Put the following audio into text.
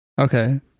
Okay